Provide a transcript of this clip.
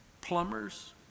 plumbers